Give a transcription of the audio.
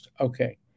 Okay